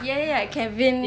ya ya ya kevin